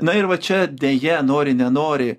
na ir va čia deja nori nenori